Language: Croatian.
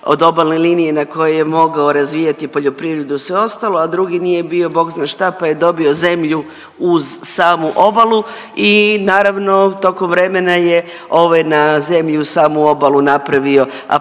od obalne linije na kojoj je mogao razvijati poljoprivredu i sve ostalo, a drugi nije bio Bog zna šta pa je dobio zemlju uz samu obalu i naravno, tokom vremena je ovaj na zemlju uz samu obalu napravio apartmane,